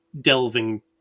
delving